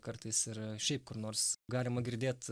kartais ir šiaip kur nors galima girdėt